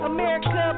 America